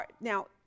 Now